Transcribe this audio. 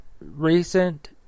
Recent